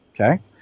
Okay